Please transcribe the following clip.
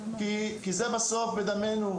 כי זה בסוף בדמנו,